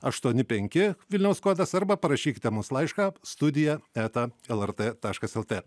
aštuoni penki vilniaus kodas arba parašykite mums laišką studija eta lrt taškas lt